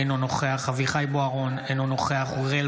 אינו נוכח אביחי אברהם בוארון,